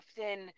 often